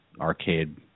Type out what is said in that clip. arcade